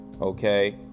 okay